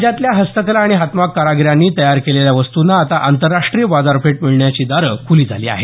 राज्यातल्या हस्तकला आणि हातमाग कारागिरांनी तयार केलेल्या वस्तूंना आता आंतरराष्ट्रीय बाजारपेठ मिळण्याची दारं खुली झाली आहेत